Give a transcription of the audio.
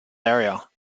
area